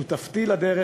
שותפתי לדרך,